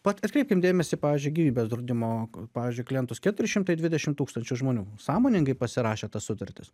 pat atkreipkim dėmesį pavyzdžiui į gyvybės draudimo pavyzdžiui klientus keturi šimtai dvidešimt tūkstančių žmonių sąmoningai pasirašė tas sutartis